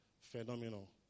phenomenal